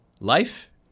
life